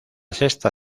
sexta